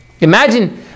Imagine